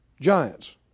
Giants